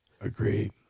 Agreed